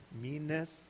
meanness